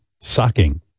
sucking